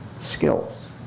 skills